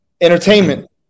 entertainment